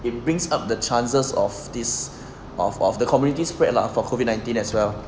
it brings up the chances of this of of the community spread lah for COVID nineteen as well